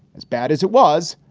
as bad as it was,